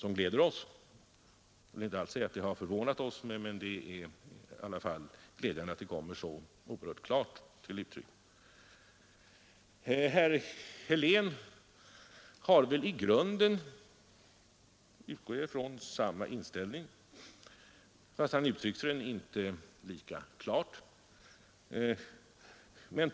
Uttalandet och valutapolitisk gläder oss — varmed jag inte alls vill säga att det förvånat oss. debatt Herr Helén — det utgår jag ifrån — har väl i grunden samma inställning. Han uttryckte den dock icke lika klart som herr Fälldin.